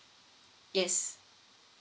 yes